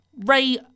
Ray